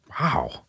Wow